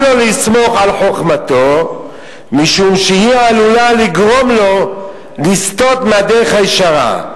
אל לו לסמוך על חוכמתו משום שהיא עלולה לגרום לו לסטות מהדרך הישרה.